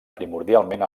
primordialment